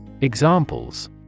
Examples